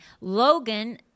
Logan